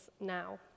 now